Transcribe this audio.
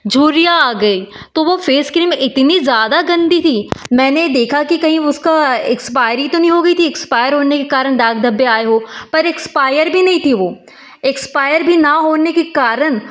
झुर्रियाँ आ गई तो वह फेस क्रीम इतनी ज़्यादा गंदी थी मैंने देखा की कहीं उसका एक्सपायरी तो नहीं वह गई थी एक्सपायर होने के कारण दाग धब्बे आए हो पर एक्सपायर भी नहीं थी वह एक्सपायर भी न होने के कारण